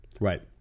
Right